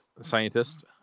scientist